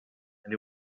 and